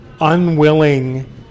unwilling